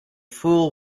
fool